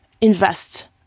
invest